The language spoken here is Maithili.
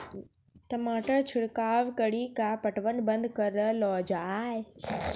टमाटर छिड़काव कड़ी क्या पटवन बंद करऽ लो जाए?